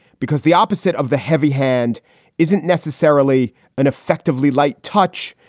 because the opposite of the heavy hand isn't necessarily an effectively light touch.